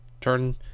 turn